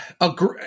agree